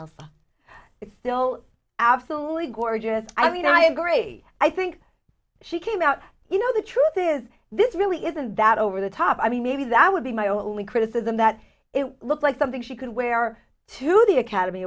alpha it's still absolutely gorgeous i mean i agree i think she came out you know the truth is this really isn't that over the top i mean maybe that would be my only criticism that it looked like something she could wear to the academy